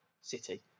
city